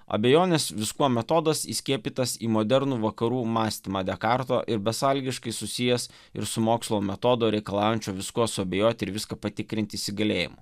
abejonės viskuo metodas įskiepytas į modernų vakarų mąstymą dekarto ir besąlygiškai susijęs ir su mokslo metodo reikalaujančio viskuo suabejoti ir viską patikrinti įsigalėjimu